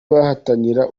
bahatanira